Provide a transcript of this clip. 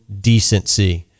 decency